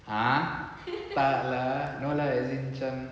!huh! fazura no lah as in macam